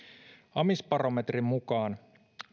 amisbarometrin mukaan